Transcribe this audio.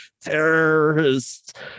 terrorists